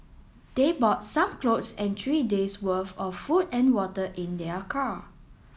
they bought some clothes and three days' worth of food and water in their car